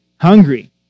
hungry